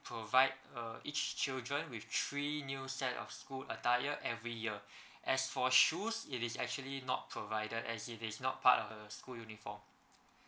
provide uh each children with three new set of school attire every year as for shoes it is actually not provided as in it's not part of the school uniform